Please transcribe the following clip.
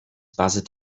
bassett